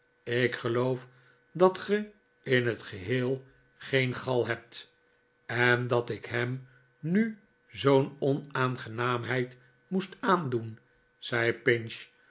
ik geloof dat ge in het geheel geen gal hebt en dat ik hem nu zoo'n onaangenaamheid moest aandoen zei pinch